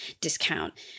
discount